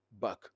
back